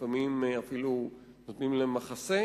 לפעמים אפילו נותנים להם מחסה.